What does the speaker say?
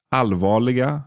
allvarliga